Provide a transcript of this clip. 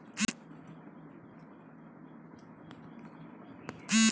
विदेशी विदेशी मुद्रा भंडार कम होये पे कर्ज न चुका पाना दिवालिया होला